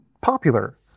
popular